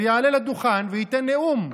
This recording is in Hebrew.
יעלה לדוכן וייתן נאום.